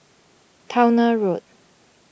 Towner Road